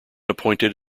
appointed